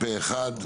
פה אחד.